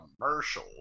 commercial